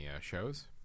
shows